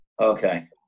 Okay